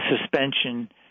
suspension